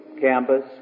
campus